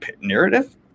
narrative